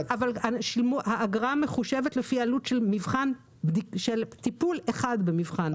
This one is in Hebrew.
האגרה מחושבת לפי עלות של טיפול אחד במבחן.